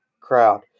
crowd